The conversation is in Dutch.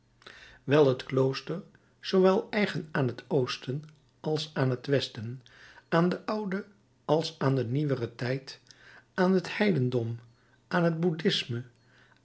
wijl het klooster zoowel eigen aan het oosten als aan het westen aan den ouden als aan den nieuweren tijd aan het heidendom aan het boudhisme